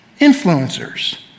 Influencers